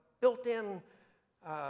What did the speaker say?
built-in